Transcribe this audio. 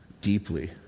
deeply